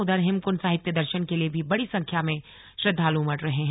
उधर हेमकुंड साहिब के दर्शन के लिए भी बड़ी संख्या में श्रद्धालु उमड़ रहे हैं